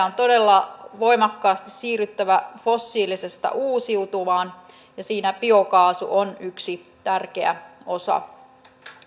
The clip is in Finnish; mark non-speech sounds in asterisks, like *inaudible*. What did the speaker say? *unintelligible* on todella voimakkaasti siirryttävä fossiilisesta uusiutuvaan ja siinä biokaasu on yksi tärkeä osa